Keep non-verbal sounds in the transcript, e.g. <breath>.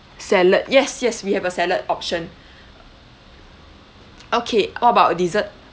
salad yes yes we have a salad option <breath> okay what about dessert